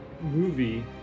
movie